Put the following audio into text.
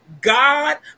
God